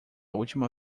última